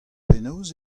penaos